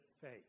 faith